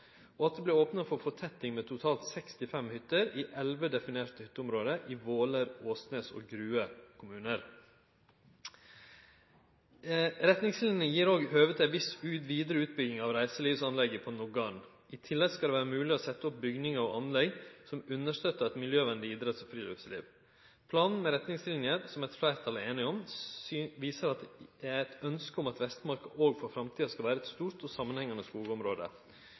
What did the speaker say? og at det vert opna for fortetting med totalt 65 hytter i 11 definerte hytteområde i Våler, Åsnes og Grue kommunar. Retningslinene gjev òg høve til ei viss vidare utbygging av reiselivsanlegget på Noggarn. I tillegg skal det vere mogleg å setje opp bygningar og anlegg som understøttar eit miljøvenleg idretts- og friluftsliv. Planen med retningsliner, som eit fleirtal er samde om, syner at det er eit ønske om at Vestmarka òg for framtida skal vere eit stort og samanhengande skogområde.